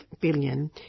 billion